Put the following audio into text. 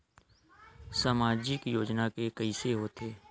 सामाजिक योजना के कइसे होथे?